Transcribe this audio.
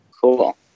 Cool